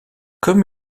comme